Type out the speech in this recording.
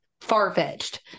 far-fetched